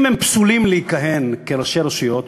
אם הם פסולים לכהן כראשי רשויות,